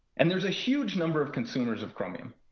and there's a huge number of consumers of chromium.